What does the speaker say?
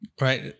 right